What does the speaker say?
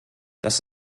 das